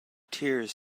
tears